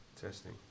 Testing